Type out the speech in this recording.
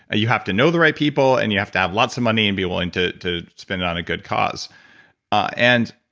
you have to know the right people, and you have to have lots of money and be willing to to spend it on a good cause and